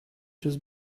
just